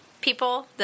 people